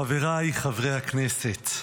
חבריי חברי הכנסת,